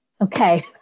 Okay